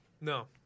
No